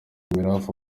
mirafa